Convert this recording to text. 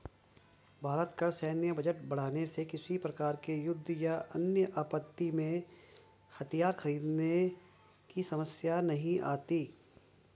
भारत का सैन्य बजट बढ़ाने से किसी प्रकार के युद्ध या अन्य आपत्ति में हथियार खरीदने की समस्या नहीं आती